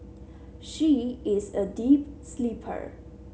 she is a deep sleeper